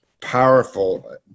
powerful